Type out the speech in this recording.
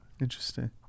Interesting